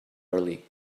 early